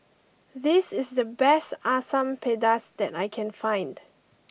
this is the best Asam Pedas that I can find